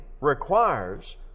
requires